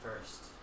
first